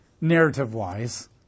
narrative-wise